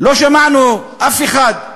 לא שמענו אף אחד,